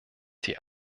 die